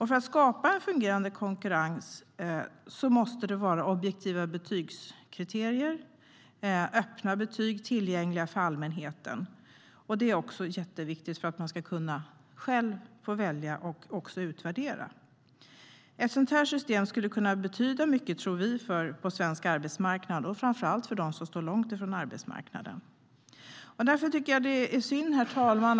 För en fungerande konkurrens måste det finnas objektiva betygskriterier och öppna betyg som är tillgängliga för allmänheten. Det är jätteviktigt för att man själv ska kunna välja och utvärdera. Ett sådant här system skulle kunna betyda mycket på svensk arbetsmarknad, tror vi, framför allt för dem som står långt från arbetsmarknaden. Herr talman!